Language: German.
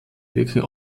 wirken